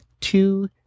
two